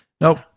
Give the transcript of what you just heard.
nope